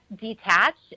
detached